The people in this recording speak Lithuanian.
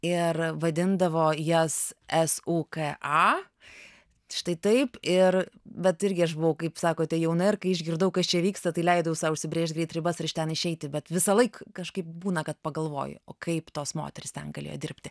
ir vadindavo jas s u k a štai taip ir bet irgi aš buvau kaip sakote jauna ir kai išgirdau kas čia vyksta tai leidau sau užsibrėžti greit ribas ir iš ten išeiti bet visąlaik kažkaip būna kad pagalvoji o kaip tos moterys ten galėjo dirbti